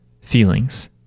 feelings